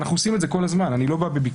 אנחנו עושים את זה כל הזמן, אני לא בא בביקורת.